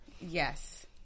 Yes